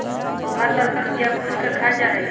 पोहा तल कर या भूज कर खाल जा हई